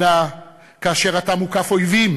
אלא כאשר אתה מוקף אויבים.